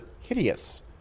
hideous